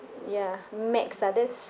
ya max ah that's